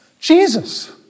Jesus